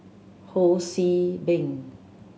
Ho See Beng